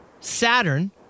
Saturn